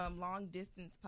long-distance